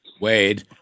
Wade